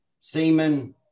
semen